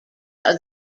are